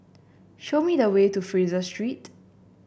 show me the way to Fraser Street